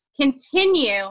continue